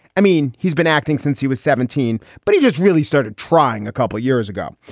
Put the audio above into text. i mean, he's been acting since he was seventeen, but he just really started trying a couple of years ago.